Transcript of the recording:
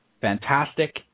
fantastic